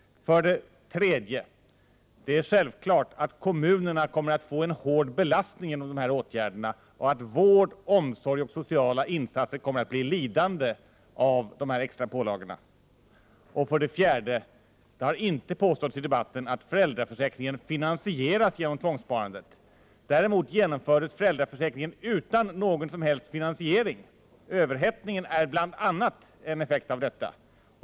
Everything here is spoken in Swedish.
För det tredje: Det är självklart att kommunerna kommer att få en hård belastning till följd av dessa åtgärder och att vård, omsorg och sociala insatser kommer att bli lidande av dessa extra pålagor. För det fjärde: Det har inte påståtts i debatten att föräldraförsäkringen finansieras genom tvångssparandet. Däremot genomfördes föräldraförsäkringen utan någon som helst finansiering. Överhettningen är bl.a. en effekt av detta.